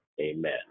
Amen